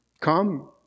come